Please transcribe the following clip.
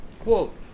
Quote